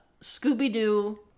scooby-doo